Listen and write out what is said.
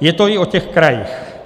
je to i o krajích.